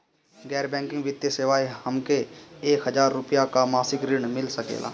गैर बैंकिंग वित्तीय सेवाएं से हमके एक हज़ार रुपया क मासिक ऋण मिल सकेला?